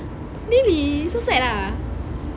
really so sad ah